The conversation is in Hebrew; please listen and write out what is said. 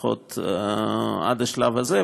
לפחות עד השלב הזה.